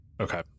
Okay